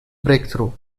breakthrough